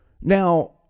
now